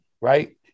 right